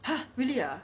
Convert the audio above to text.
!huh! really ah